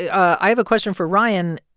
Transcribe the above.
i have a question for ryan.